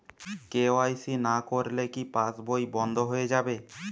KYC না করলে কি পাশবই বন্ধ হয়ে যাবে?